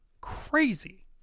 crazy